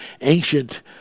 ancient